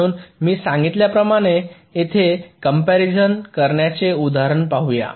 म्हणून मी सांगितल्याप्रमाणे येथे कंप्यारीझन करायचे उदाहरण बघूया